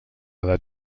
edat